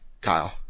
Kyle